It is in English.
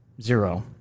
zero